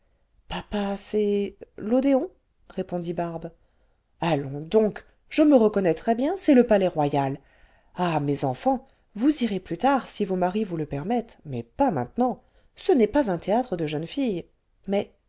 papa c'est l'odéon répondit barbe allons donc je me reconnais très bien c'est le palais-royal ah mes enfants vous irez plus tard si vos maris vous le permettent mais pas maintenant ce n'est pas un théâtre déjeunes filles mais